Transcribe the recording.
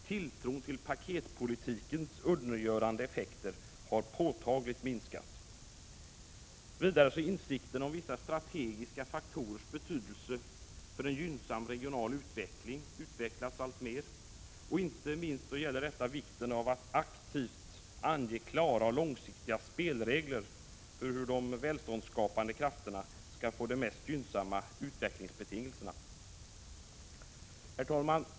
Tilltron till ”paketpolitikens” undergörande effekter har påtagligt minskat. Vidare har insikten om vissa strategiska faktorers betydelse för en gynnsam regional utveckling ökat alltmer. Inte minst gäller detta vikten av att aktivt ange klara och långsiktiga spelregler för hur de välståndsskapande krafterna skall få de mest gynnsamma utvecklingsbetingelserna. Herr talman!